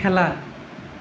খেলা